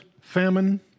famine